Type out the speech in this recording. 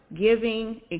giving